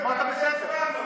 אמרת בסדר.